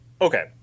Okay